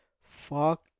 Fuck